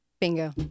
Bingo